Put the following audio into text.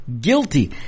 Guilty